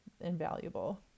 invaluable